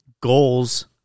goals